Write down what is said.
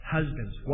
Husbands